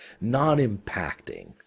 Non-impacting